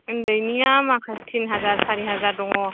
उन्दैनिया माखासे टिन हाजार सारि हाजार दङ